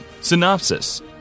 Synopsis